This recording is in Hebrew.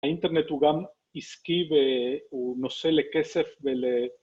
‫האינטרנט הוא גם עסקי ו.. הוא נושא לכסף ול..